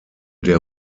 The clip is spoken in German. der